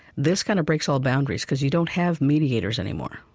this, kind of, breaks all boundaries because you don't have mediators anymore.